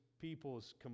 people's